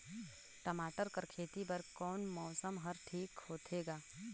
टमाटर कर खेती बर कोन मौसम हर ठीक होथे ग?